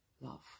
love